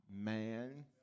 man